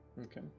Okay